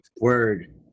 Word